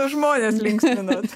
žmones linksminot